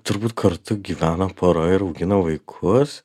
turbūt kartu gyvena pora ir augina vaikus